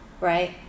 right